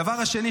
בדקה הראשונה